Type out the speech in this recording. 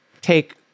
take